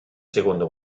secondo